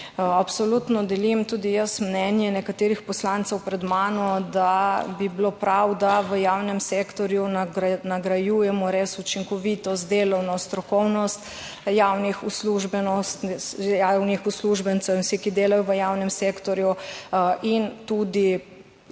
Absolutno delim tudi jaz mnenje nekaterih poslancev pred mano, da bi bilo prav, da v javnem sektorju nagrajujemo res učinkovitost, delovno strokovnost javnih uslužbencev in vsi, ki delajo v javnem sektorju in tudi